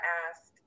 asked